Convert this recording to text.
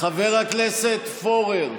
חבר הכנסת פורר,